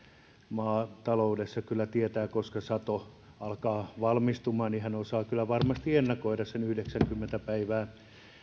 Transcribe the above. maataloudessa kyllä tietää koska sato alkaa valmistumaan ja niin hän osaa kyllä varmasti ennakoida yhdeksänkymmentä päivää